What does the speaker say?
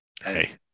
Hey